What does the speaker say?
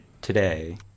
today